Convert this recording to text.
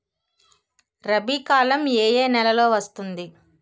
రబీ కాలం ఏ ఏ నెలలో వస్తుంది?